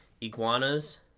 iguanas